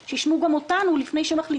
- שישמעו גם אותנו על הדרך לפני שמחליטים.